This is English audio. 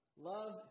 love